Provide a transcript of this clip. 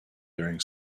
during